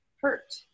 hurt